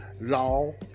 law